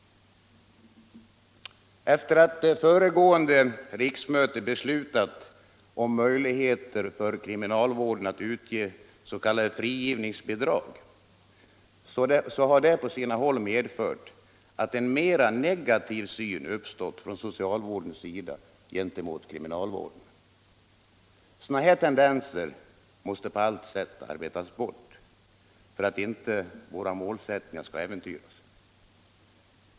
Föregående riksmötes beslut om möjligheter för kriminalvården att utge s.k. frigivningsbidrag har på sina håll medfört att en mera negativ syn uppstått från socialvårdens sida gentemot kriminalvården. Sådana tendenser måste på allt sätt arbetas bort för att inte våra målsättningar skall äventyras.